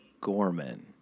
Gorman